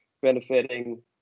benefiting